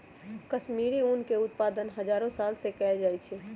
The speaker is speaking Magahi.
कश्मीरी ऊन के उत्पादन हजारो साल से कएल जाइ छइ